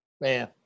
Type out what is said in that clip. man